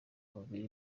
umubiri